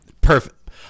Perfect